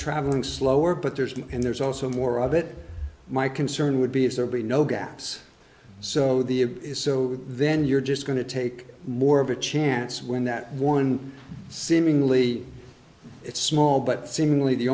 traveling slower but there's and there's also more of it my concern would be if there be no gaps so the it is so then you're just going to take more of a chance when that one seemingly it's small but seemingly the